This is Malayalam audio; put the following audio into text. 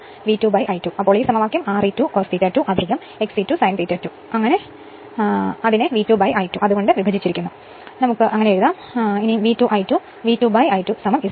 Re2 cos ∅2 XE2 sin ∅2 എന്ന ഈ സമവാക്യത്തെ V2 I2 കൊണ്ട് വിഭജിക്കുക ആണെങ്കിൽ നമുക്ക് V2 I2 V2I2 Z B 2 എന്ന് എഴുതാം